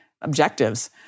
objectives